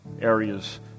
areas